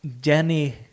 Jenny